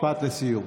משפט לסיום.